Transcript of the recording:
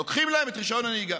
לוקחים להם את רישיון הנהיגה.